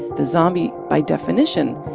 the zombie, by definition,